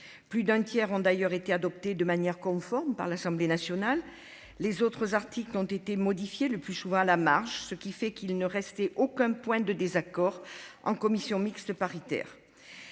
Plus d'un tiers d'entre eux a d'ailleurs été adopté de manière conforme par l'Assemblée nationale. Les autres articles ont été modifiés, le plus souvent à la marge, ce qui fait qu'il ne restait aucun point de désaccord en commission mixte paritaire.